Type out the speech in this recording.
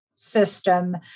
System